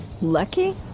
Lucky